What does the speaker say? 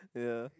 yeah